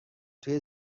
توی